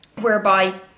whereby